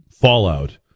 fallout